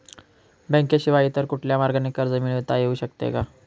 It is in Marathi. बँकेशिवाय इतर कुठल्या मार्गाने कर्ज मिळविता येऊ शकते का?